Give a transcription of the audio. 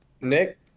Nick